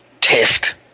test